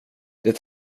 det